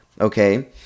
okay